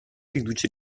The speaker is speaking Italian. riduce